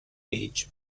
age